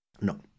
No